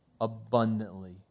abundantly